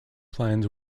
plans